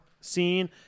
scene